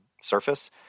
surface